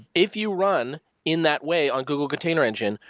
if you run in that way on google container engine,